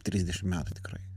trisdešim metų tikrai